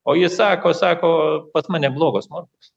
o jis sako sako pas mane blogos morkos